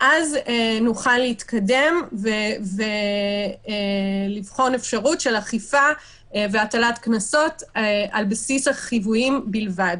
נוכל להתקדם ולבחון אפשרות של אכיפה והטלת קנסות על בסיס החיוויים בלבד.